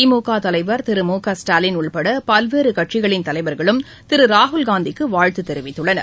திமுக தலைவர் திரு மு க ஸ்டாலின் உள்பட பல்வேறு கட்சிகளின் தலைவர்களும் திரு ராகுல்காந்திக்கு வாழ்த்து தெரிவித்துள்ளனர்